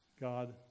God